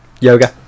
Yoga